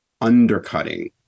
undercutting